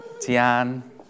Tian